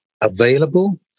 available